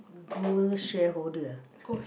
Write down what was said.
gold shareholder ah